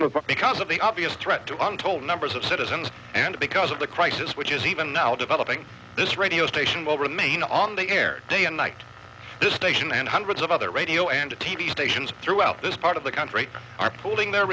oh because of the obvious threat to untold numbers of citizens and because of the crisis which is even now developing this radio station will remain on the air day and night the station and hundreds of other radio and t v stations throughout this part of the country are pooling their